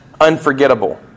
unforgettable